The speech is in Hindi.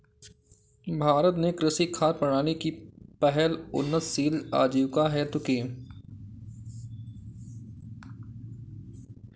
भारत ने कृषि खाद्य प्रणाली की पहल उन्नतशील आजीविका हेतु की